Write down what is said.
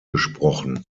gesprochen